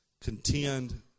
contend